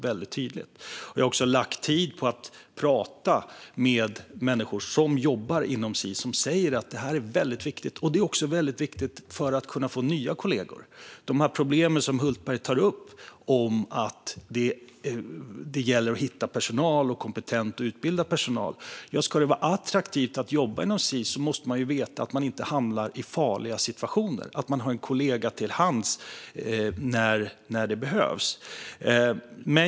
Jag har också lagt tid på att prata med människor som jobbar inom Sis och som säger att det här är väldigt viktigt, även för att kunna få nya kollegor. Som Hultberg tar upp finns det problem med att hitta kompetent och utbildad personal. Ska det vara attraktivt att jobba inom Sis måste man veta att man inte hamnar i farliga situationer och att man har en kollega till hands när det behövs.